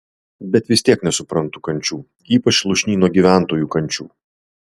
bet vis tiek nesuprantu kančių ypač lūšnyno gyventojų kančių